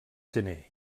gener